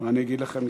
מה אני אגיד לכם,